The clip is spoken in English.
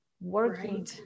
working